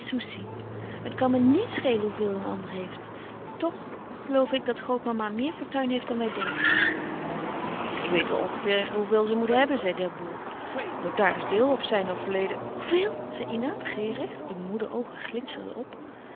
het kan me niets schelen hoeveel een ander heeft toch geloof ik dat grootmama meer fortuin heeft dan wij denken ik weet wel ongeveer hoeveel ze hebben moet zei d'herlouis couperus van oude menschen de dingen die voorbij gaan bourg notaris deelhof zei nog verleden hoeveel zei ina begeerig de moede oogen glinsterden op